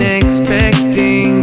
expecting